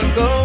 go